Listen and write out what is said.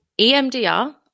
EMDR